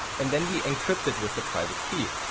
and then we encrypt it with the private key.